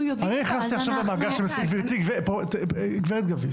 אנחנו יודעים --- גב' גדיש,